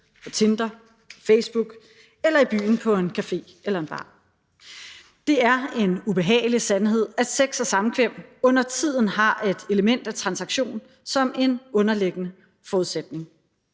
på Tinder og på Facebook eller i byen på en café eller en bar. Det er en ubehagelig sandhed, at sex og samkvem undertiden har et element af transaktion, som en underliggende forudsætning.